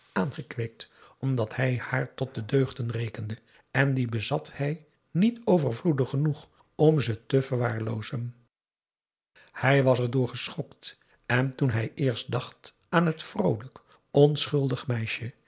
aangekweekt omdat hij haar tot de deugden rekende en die bezat hij niet overvloedig genoeg om ze te verwaarloozen hij was er door geschokt en toen hij eerst dacht aan het vroolijk onschuldig meisje